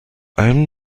allem